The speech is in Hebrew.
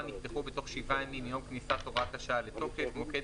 יפתחו בתוך 7 ימים מיום כניסת הוראת השעה לתוקף מוקד